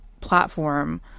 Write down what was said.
platform